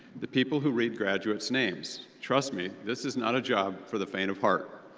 the people who read graduates' names. trust me, this is not a job for the faint of heart!